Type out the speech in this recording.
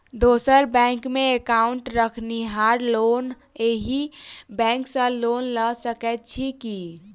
दोसर बैंकमे एकाउन्ट रखनिहार लोक अहि बैंक सँ लोन लऽ सकैत अछि की?